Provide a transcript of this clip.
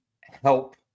help